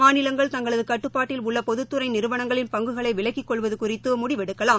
மாநிலங்கள் தங்களது கட்டுப்பாட்டில் உள்ள பொதுத்துறை நிறுவணங்களின் பங்குகளை விலக்கிக் கொள்வது குறித்து முடிவெடுக்கலாம்